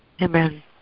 Amen